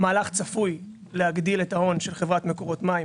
המהלך צפוי להגדיל את ההון של חברת מקורות מים